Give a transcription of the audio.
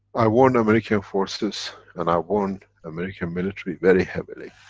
i warn american forces and i warn american military, very heavily.